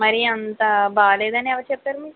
మరీ అంత బాగాలేదని ఎవరు చెప్పారు మీకు